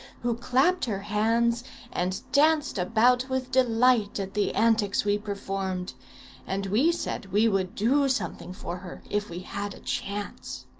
who clapped her hands and danced about with delight at the antics we performed and we said we would do something for her if we had a chance.